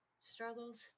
struggles